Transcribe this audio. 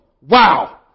wow